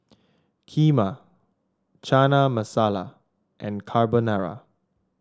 Kheema Chana Masala and Carbonara